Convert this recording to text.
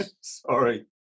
Sorry